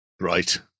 Right